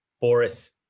Boris